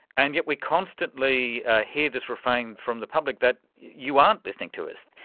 and yet we constantly hear this refrain from the public that you aren't listening to us.